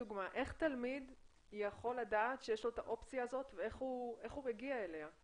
איך תלמיד יכול לדעת שיש לו את האופציה הזו ואיך הוא מגיע אליה?